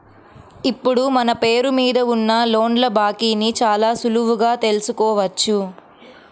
ఇప్పుడు మన పేరు మీద ఉన్న లోన్ల బాకీని చాలా సులువుగా తెల్సుకోవచ్చు